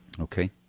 Okay